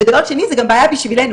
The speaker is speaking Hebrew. ודבר שני זו גם בעיה בשבילנו.